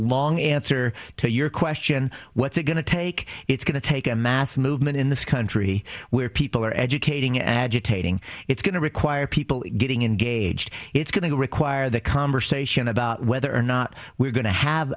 long answer to your question what's it going to take it's going to take a mass movement in this country where people are educating agitating it's going to require people getting in gauged it's going to require the conversation about whether or not we're going to have